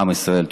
עם ישראל.